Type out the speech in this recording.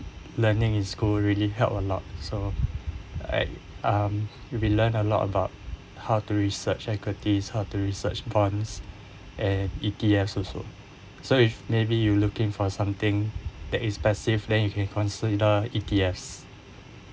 learning in school really help a lot so I um you'll be learned a lot about how to research equities to research funds and E_T_F also so if maybe you looking for something that is passive then you can consider E_T_Fs